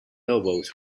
lobos